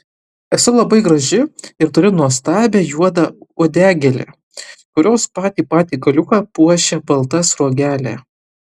esu labai graži ir turiu nuostabią juodą uodegėlę kurios patį patį galiuką puošia balta sruogelė